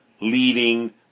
leading